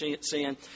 sin